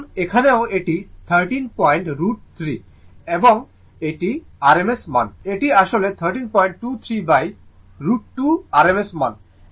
কারণ এখানেও এটি 13 পয়েন্ট √ 3 এবং এটি rms মান এটি আসলে 1323√ 2 rms মান